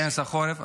כנס החורף,